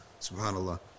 Subhanallah